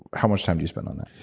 how much time do you spend on that?